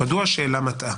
מדוע השאלה מטעה?